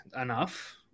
enough